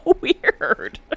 weird